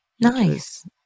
nice